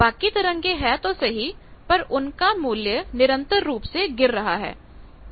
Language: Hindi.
बाकी तरंगे है तो सही पर उनका मूल्य निरंतर रूप से गिर रहा है